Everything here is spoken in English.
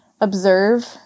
observe